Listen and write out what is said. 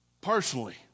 personally